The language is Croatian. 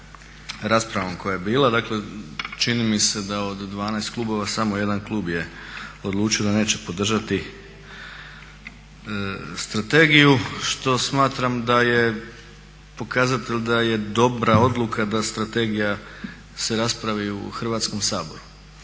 raspravom koja je bila. Dakle čini mi se da od 12 klubova samo jedan klub je odlučio da neće podržati strategiju što smatram da je pokazatelj da je dobra odluka da se strategija raspravi u Hrvatskom saboru,